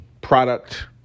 product